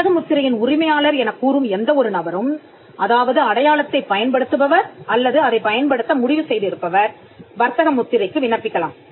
வர்த்தக முத்திரையின் உரிமையாளர் எனக் கூறும் எந்த ஒரு நபரும் அதாவது அடையாளத்தைப் பயன்படுத்துபவர் அல்லது அதைப் பயன்படுத்த முடிவு செய்து இருப்பவர் வர்த்தக முத்திரைக்கு விண்ணப்பிக்கலாம்